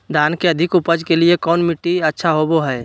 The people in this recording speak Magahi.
धान के अधिक उपज के लिऐ कौन मट्टी अच्छा होबो है?